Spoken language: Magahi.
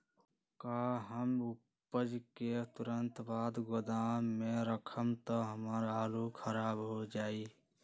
का हम उपज के तुरंत बाद गोदाम में रखम त हमार आलू खराब हो जाइ?